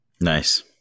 Nice